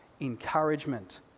encouragement